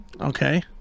Okay